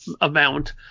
amount